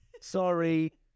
Sorry